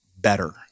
better